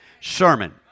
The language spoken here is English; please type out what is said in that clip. sermon